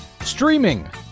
Streaming